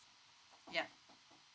yup